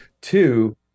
Two